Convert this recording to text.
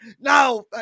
no